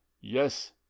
Yes